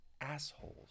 assholes